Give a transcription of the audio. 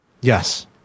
Yes